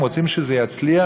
אם רוצים שזה יצליח,